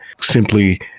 simply